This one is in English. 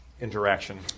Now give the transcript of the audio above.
interaction